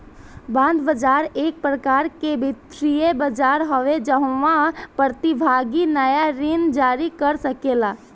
bond बाजार एक प्रकार के वित्तीय बाजार हवे जाहवा प्रतिभागी नाया ऋण जारी कर सकेला